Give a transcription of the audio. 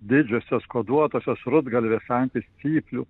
didžiosios kuoduotosios rudgalvės antys cypliu